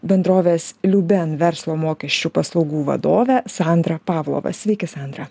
bendrovės liuben verslo mokesčių paslaugų vadovę sandrą pavlovą sveiki sandra